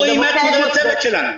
אנחנו רואים מה קורה לצוות שלנו.